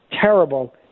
terrible